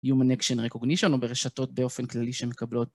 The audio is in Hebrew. Human Action Recognition או ברשתות באופן כללי שמקבלות.